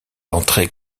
entrées